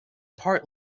part